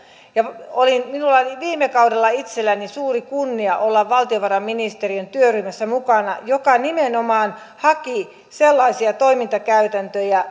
minulla oli viime kaudella itselläni suuri kunnia olla mukana valtiovarainministeriön työryhmässä joka nimenomaan haki sellaisia toimintakäytäntöjä